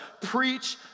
preach